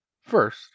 First